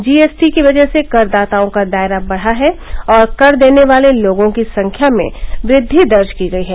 GST की वजह से करदाताओं का दायरा बढ़ा है और कर देने वाले लोगों की संख्या में वृद्वि दर्ज की गयी है